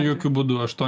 jokiu būdu aš to